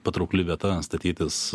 patraukli vieta statytis